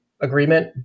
agreement